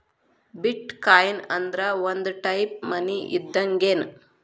ಬಿಟ್ coin ಅಂದ್ರ ಒಂದ type money ಇದ್ದಂಗ್ಗೆನ್